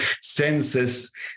senses